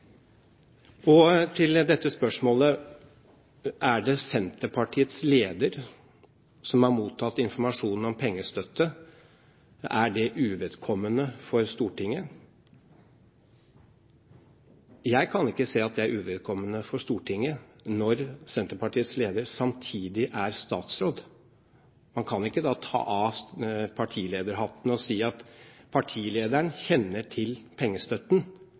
om. Til dette spørsmålet: Er det Senterpartiets leder som har mottatt informasjon om pengestøtte, og er det uvedkommende for Stortinget? Jeg kan ikke se at det er uvedkommende for Stortinget når Senterpartiets leder samtidig er statsråd. Man kan ikke da ta av partilederhatten og si at partilederen kjenner til pengestøtten,